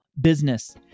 business